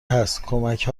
هست، کمک